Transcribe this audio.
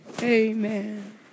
amen